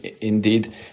Indeed